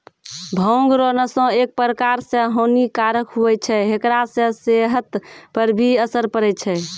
भांग रो नशा एक प्रकार से हानी कारक हुवै छै हेकरा से सेहत पर भी असर पड़ै छै